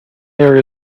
there